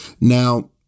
Now